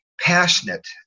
passionate